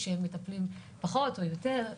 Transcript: שמטפלים פחות או יותר,